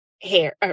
hair